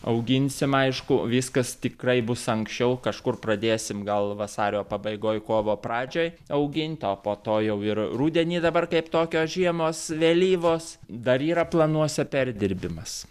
auginsim aišku viskas tikrai bus anksčiau kažkur pradėsim gal vasario pabaigoj kovo pradžioj auginti o po to jau ir rudenį dabar kaip tokios žiemos vėlyvos dar yra planuose perdirbimas